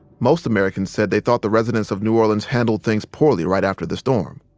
most americans said they thought the residents of new orleans handled things poorly right after the storm.